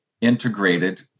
integrated